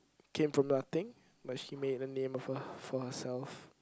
came from nothing but she made a name of her for herself